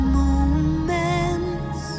moments